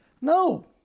No